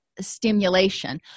stimulation